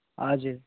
हजुर